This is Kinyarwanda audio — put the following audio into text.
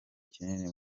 kinini